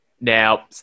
Now